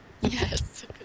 Yes